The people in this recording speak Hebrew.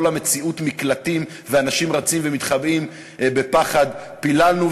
לא למציאות של מקלטים ושל אנשים רצים ומתחבאים בפחד פיללנו,